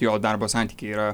jo darbo santykiai yra